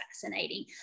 fascinating